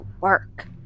work